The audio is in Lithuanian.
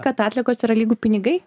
kad atliekos yra lygu pinigai